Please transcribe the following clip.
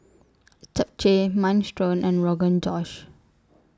Japchae Minestrone and Rogan Josh